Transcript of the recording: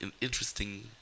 interesting